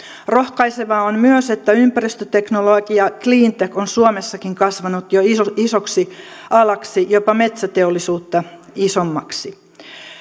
rohkaisevaa on myös että ympäristöteknologia cleantech on suomessakin kasvanut jo isoksi alaksi jopa metsäteollisuutta isommaksi